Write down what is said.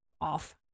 off